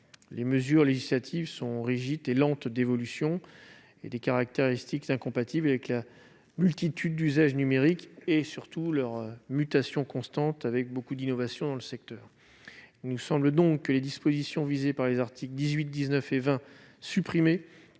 les mesures législatives sont rigides et lentes d'évolution, des caractéristiques incompatibles avec la multitude des usages numériques et leur mutation constante du fait des nombreuses innovations que connaît le secteur. Il nous semble donc que les dispositions visées par les articles 18, 19 et 20 supprimés